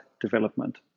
development